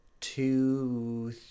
two